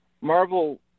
Marvel